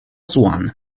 swan